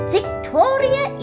Victoria